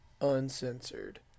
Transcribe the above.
uncensored